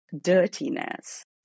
dirtiness